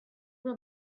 will